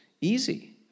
easy